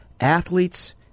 athletes